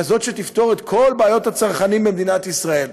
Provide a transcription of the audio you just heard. כזאת שתפתור את כל בעיות הצרכנים במדינת ישראל,